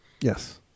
Yes